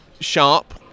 sharp